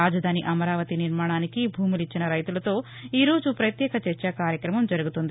రాజధాని అమరావతి నిర్మాణానికి భూములు ఇచ్చిన రైతులతో ఈ రోజు ప్రత్యేక చర్చా కార్యక్రమం జరుగుతోంది